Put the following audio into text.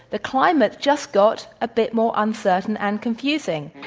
the climate just got a bit more uncertain and confusing.